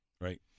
right